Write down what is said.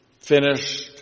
finished